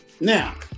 Now